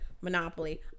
Monopoly